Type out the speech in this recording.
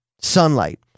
sunlight